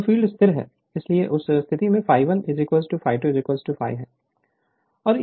अब फ़ील्ड स्थिर है इसलिए उस स्थिति में ∅1 ∅2 ∅ है